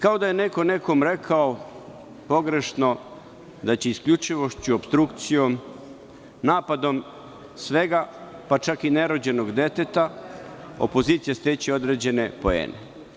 Kao da je neko nekom rekao pogrešno da će opstrukcijom, napadom svega, pa čak i ne rođenog deteta, opozicija steći određene poene.